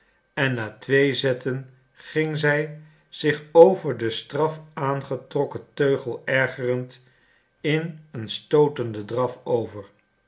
en na twee zetten ging zij zich over den straf aangetrokken teugel ergerend in een stootenden draf over